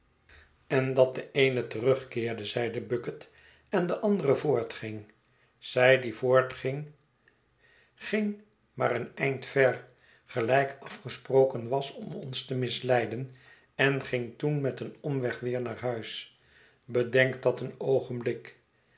en dat de eene terugkeerde zeide bucket en de andere voortging zij die voortging ging maar een eind ver gelijk afgesproken was om ons te misleiden en ging toen met een omweg weer naar huis bedenk dat een oogenblik